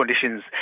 conditions